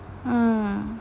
mm